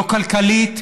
לא כלכלית,